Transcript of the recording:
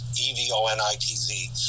E-V-O-N-I-T-Z